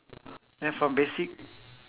then from basic